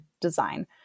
design